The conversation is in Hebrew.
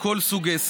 לכל סוג עסק.